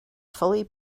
fully